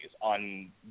on